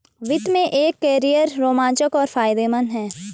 वित्त में एक कैरियर रोमांचक और फायदेमंद है